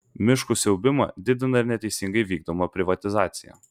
miškų siaubimą didina ir neteisingai vykdoma privatizacija